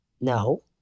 no